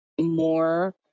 more